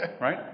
Right